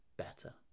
better